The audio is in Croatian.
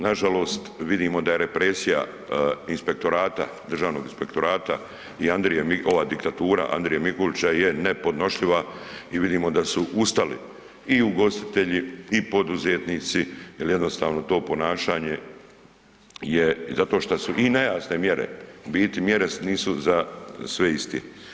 Nažalost, vidimo da je represija inspektorata, Državnog inspektora i Andrije, ova diktatura Andrije Mikulića je nepodnošljiva i vidimo da su ustali i ugostitelji i poduzetnici jer jednostavno to ponašanje je, zato što su i nejasne mjere, u biti mjere nisu za sve isti.